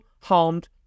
harmed